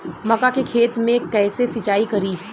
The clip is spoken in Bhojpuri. मका के खेत मे कैसे सिचाई करी?